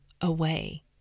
away